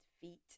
feet